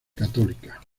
católica